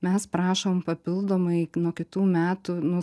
mes prašom papildomai nuo kitų metų nu